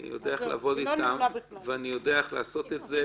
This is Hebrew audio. אני יודע איך לעבוד איתם ואני יודע איך לעשות את זה,